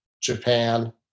Japan